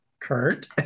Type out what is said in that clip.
Kurt